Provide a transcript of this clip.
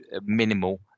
minimal